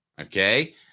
okay